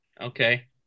Okay